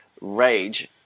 rage